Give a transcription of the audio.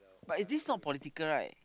but is this not political right